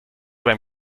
beim